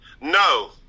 No